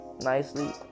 nicely